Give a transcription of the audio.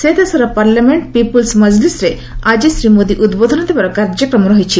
ସେ ଦେଶର parliament people's ମଜଲିସ୍ରେ ଆକି ଶ୍ରୀ ମୋଦି ଉଦ୍ବୋଧନ ଦେବାର କାର୍ଯ୍ୟକ୍ରମ ରହିଛି